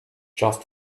just